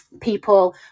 people